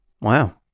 Wow